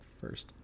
first